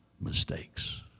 mistakes